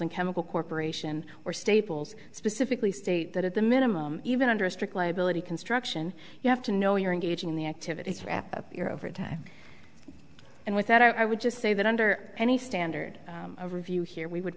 and chemical corporation were staples specifically state that at the minimum even under a strict liability construction you have to know you're engaging in the activities wrap up your overtime and with that i would just say that under any standard of review here we would